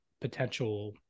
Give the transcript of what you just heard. potential